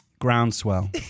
Groundswell